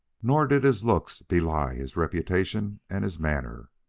nor did his looks belie his reputation and his manner.